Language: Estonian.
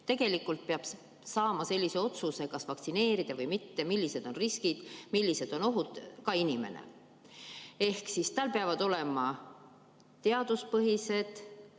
Tegelikult peab saama selliselt otsustada, kas vaktsineerida või mitte, millised on riskid, millised on ohud, ka iga inimene. Inimestel peavad teada olema teaduspõhised,